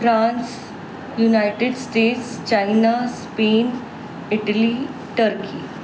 France United States China Spain Italy turkey